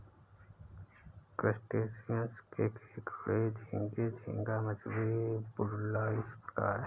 crustaceans में केकड़े झींगे, झींगा मछली, वुडलाइस प्रकार है